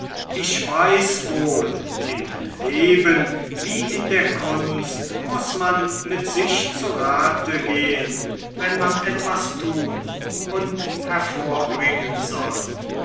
ich weiß wohl im leben wie in der kunst muß man mit sich zu rate gehen wenn man etwas tun und hervorbringen soll